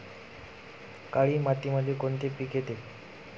काळी मातीमध्ये कोणते पिके येते?